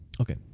Okay